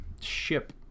ship